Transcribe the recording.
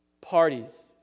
Parties